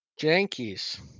Jankies